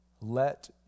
let